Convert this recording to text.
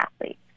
athletes